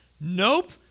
Nope